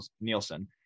Nielsen